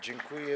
Dziękuję.